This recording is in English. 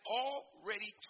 already